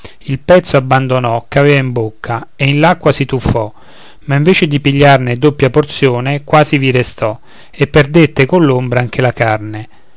il pezzo abbandonò ch'aveva in bocca e in l'acqua si tuffò ma invece di pigliarne doppia porzione quasi vi restò e perdette coll'ombra anche la carne